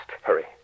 Hurry